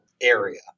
area